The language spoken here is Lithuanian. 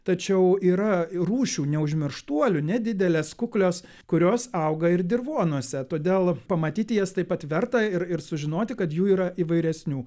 tačiau yra rūšių neužmirštuolių nedidelės kuklios kurios auga ir dirvonuose todėl pamatyti jas taip pat verta ir ir sužinoti kad jų yra įvairesnių